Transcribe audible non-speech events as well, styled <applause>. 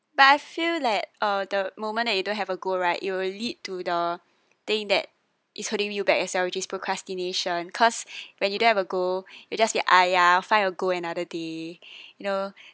but I feel like uh the moment that you don't have a goal right you will lead to the thing that is holding you back as well which is procrastination cause <breath> when you don't have a goal you just be !aiya! find a goal another day <breath> you know